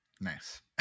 Nice